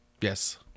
Yes